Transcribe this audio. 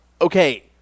Okay